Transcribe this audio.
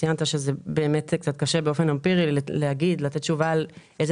ציינת שקשה באופן אמפירי לתת תשובה על איזה